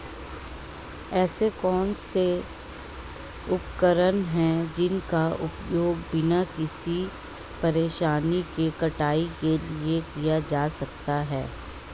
ऐसे कौनसे उपकरण हैं जिनका उपयोग बिना किसी परेशानी के कटाई के लिए किया जा सकता है?